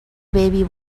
baby